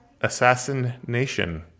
Assassination